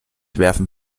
werfen